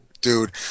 dude